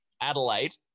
Adelaide